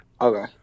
Okay